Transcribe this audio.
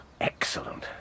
Excellent